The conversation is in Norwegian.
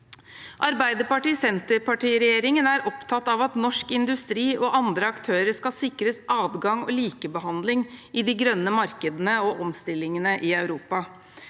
Arbeiderparti–Senterparti-regjeringen er opptatt av at norsk industri og andre aktører skal sikres adgang og likebehandling i de grønne markedene og omstillingene i Europa.